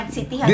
City